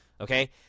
Okay